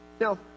Now